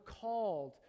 called